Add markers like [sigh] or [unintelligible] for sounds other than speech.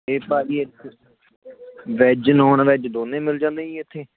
ਅਤੇ ਭਾਅ ਜੀ [unintelligible] ਵੈੱਜ ਨੌਨ ਵੈੱਜ ਦੋਨੇਂ ਮਿਲ ਜਾਂਦੇ ਜੀ ਇੱਥੇ